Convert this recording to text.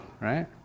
right